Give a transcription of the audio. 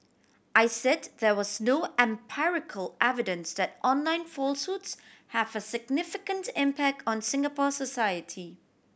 I said there was no empirical evidence that online falsehoods have a significant impact on Singapore society